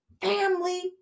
family